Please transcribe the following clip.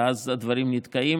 ואז הדברים נתקעים.